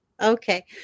Okay